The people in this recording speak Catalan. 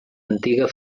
antiga